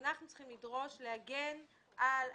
בניגוד לתושבי וואדי חילווה שחיו